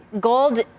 Gold